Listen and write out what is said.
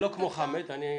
תודה.